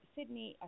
Sydney